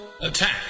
Attack